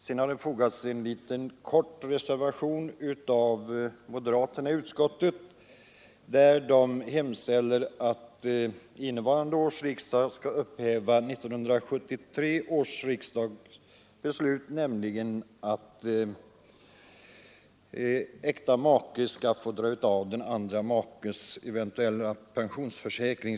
Till utskottets betänkande har fogats en kort reservation av moderaterna i utskottet, som hemställer att innevarande års riksdag skall upphäva 1973 års riksdags beslut att slopa avdraget för premie för makes pensionsförsäkring.